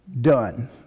done